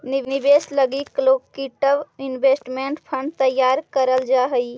निवेश लगी collective investment fund तैयार करल जा हई